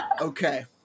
Okay